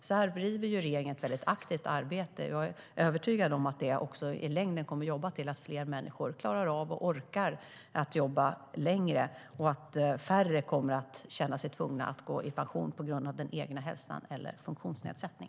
Regeringen bedriver ett aktivt arbete på det här området, och jag är övertygad om att det i förlängningen kommer att leda till att fler klarar av och orkar jobba längre och att färre kommer att känna sig tvungna att gå i pension på grund av den egna hälsan eller en funktionsnedsättning.